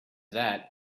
that